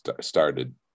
started